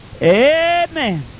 Amen